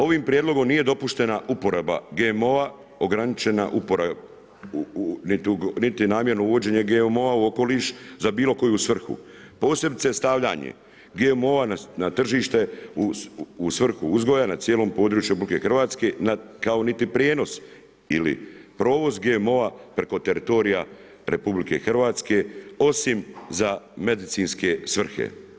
Ovim prijedlogom nije dopuštena uporaba GMO ograničena niti namjerno uvođenje GMO u okoliš za bilo koju svrhu, posebice stavljanje GMO na tržište u svrhu uzgoja na cijelom području RH, kao niti prijenos ili provoz GMO-a preko teritorija RH, osim za medicinske svrhe.